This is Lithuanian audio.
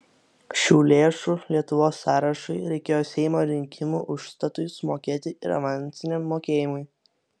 šių lėšų lietuvos sąrašui reikėjo seimo rinkimų užstatui sumokėti ir avansiniam mokėjimui